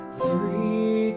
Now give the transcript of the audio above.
free